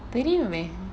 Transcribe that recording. தெரியுமே:theriyumae